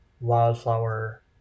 wildflower